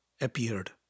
appeared